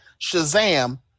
Shazam